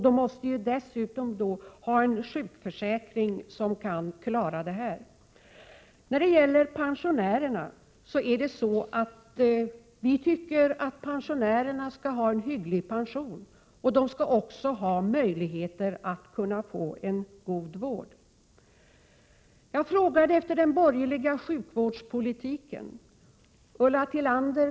De måste dessutom ha en tillfredsställande sjukförsäkring. Vi tycker att pensionärerna skall ha en hygglig pension. De skall även ha möjligheter att få en god vård. Jag frågade efter den borgerliga sjukvårdspolitiken. Ulla Tillander kunde = Prot.